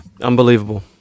Unbelievable